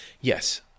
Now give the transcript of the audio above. Yes